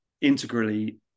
integrally